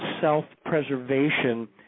self-preservation